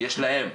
יש להם.